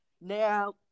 Now